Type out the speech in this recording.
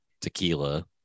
tequila